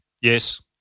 Yes